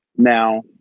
Now